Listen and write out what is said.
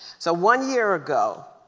so one year ago,